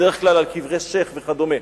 בדרך כלל על קברי שיח' וכדומה.